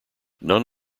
none